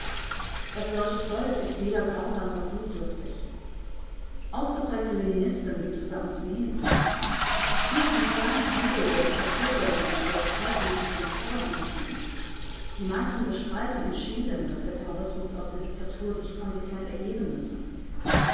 das deutsche volk ist weder grausam noch blutdürstig ausgeprägte leninisten gibt es bei uns wenig nur ein kleiner flügel der diktaturgläubigen stellt kaltblütig den terror in rechnung die meisten bestreiten entschieden daß der terrorismus aus der diktatur sich konsequent ergeben müsse